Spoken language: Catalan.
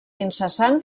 incessant